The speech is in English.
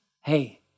hey